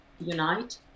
unite